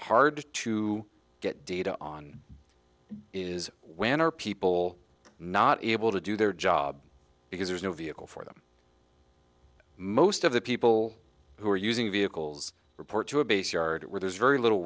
hard to get data on is when are people not able to do their job because there's no vehicle for them most of the people who are using vehicles report to a base yard where there's very little